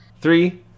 three